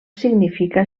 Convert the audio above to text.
significa